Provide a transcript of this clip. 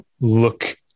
look